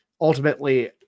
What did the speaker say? ultimately